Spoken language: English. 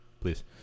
Please